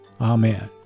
Amen